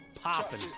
popping